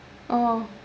oh